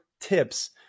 tips